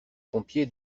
pompiers